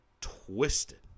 twisted